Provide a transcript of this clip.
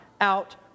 out